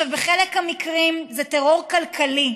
בחלק מהמקרים זה טרור כלכלי,